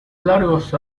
largos